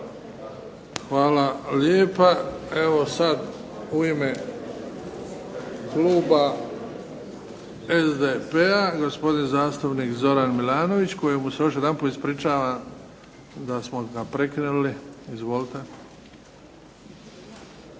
Hvala lijepa. Evo sad u ime kluba SDP-a gospodin zastupnik Zoran Milanović kojemu se još jedanput ispričavam da smo ga prekinuli. Izvolite.